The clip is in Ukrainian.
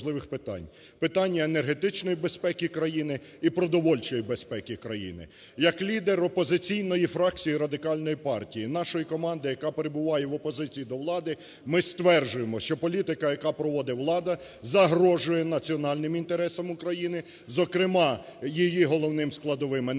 питання енергетичної безпеки країни і продовольчої безпеки країни. Як лідер опозиційної фракції Радикальної партії, нашої команди, яка перебуває до опозиції до влади, ми стверджуємо, що політика, яку проводить влада, загрожує національним інтересам України, зокрема, її головним складовим